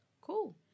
Cool